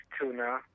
Tuna